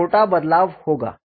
कुछ छोटा बदलाव होगा